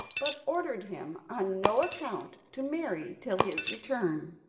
but ordered him on no account to marry till his return.